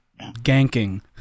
ganking